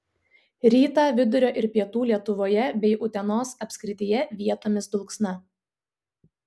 rytą vidurio ir pietų lietuvoje bei utenos apskrityje vietomis dulksna